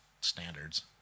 standards